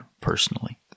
personally